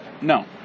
no